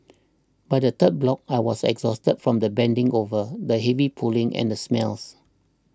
by the third block I was exhausted from the bending over the heavy pulling and smells